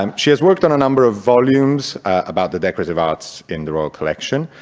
um she has worked on a number of volumes about the decorative arts in the royal collection,